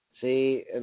See